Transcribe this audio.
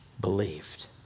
believed